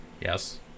Yes